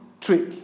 trick